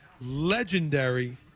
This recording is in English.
legendary